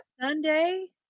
Sunday